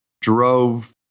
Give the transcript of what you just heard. drove